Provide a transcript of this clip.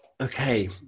okay